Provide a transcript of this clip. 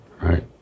right